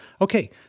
Okay